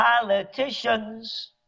politicians